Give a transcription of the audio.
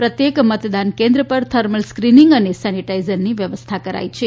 પ્રત્યેક મતદાન કેન્દ્ર પર થર્મલ સ્કીનીંગ અને સેનેટાઇઝરની વ્યવસ્થા કરાઇ છે